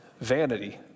Vanity